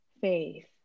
Faith